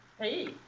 Hey